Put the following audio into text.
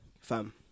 Fam